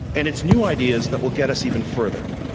and it's new ideas that will get us even further.